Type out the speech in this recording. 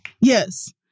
Yes